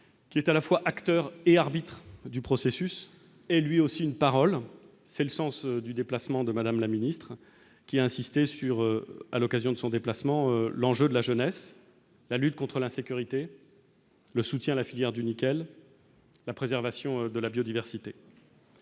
Qui est à la fois acteur et arbitre du processus est lui aussi une parole, c'est le sens du déplacement de Madame la ministre, qui a insisté sur à l'occasion de son déplacement, l'enjeu de la jeunesse, la lutte contre l'insécurité, le soutien à la filière du nickel, la préservation de la biodiversité,